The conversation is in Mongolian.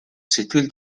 сэтгэл